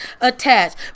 Attached